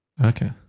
Okay